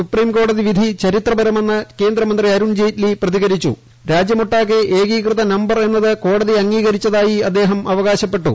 സുപ്രിംകോടതി വിധി ചരിത്രപരമെന്ന് കേന്ദ്രമന്ത്രി അരുൺ ജെയ്റ്റ്ലി പ്രതികരിച്ചു രാജ്യമൊട്ടാകെ ഏകീകൃത നമ്പർ എന്നത് കോടതി അംഗീകരിച്ചതായി അദ്ദേഹം അവകാശപ്പെട്ടു